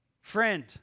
friend